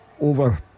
over